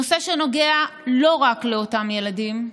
זה נושא שנוגע לא רק לאותם ילדים,